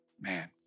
man